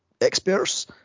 experts